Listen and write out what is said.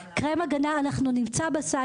לגבי קרם הגנה נמצא בסל